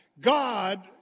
God